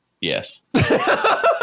Yes